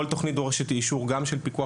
כל תוכנית דורשת אישור גם של פיקוח